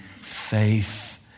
faith